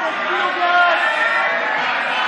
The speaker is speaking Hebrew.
התשפ"ב 2022,